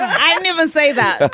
i don't even say that.